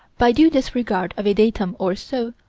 by due disregard of a datum or so,